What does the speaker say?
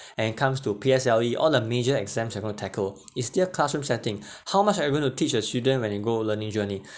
and comes to P_S_L_E all the major exams they're going to tackle is their classroom setting how much are you going to teach the student when you go on a learning journey